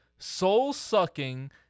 soul-sucking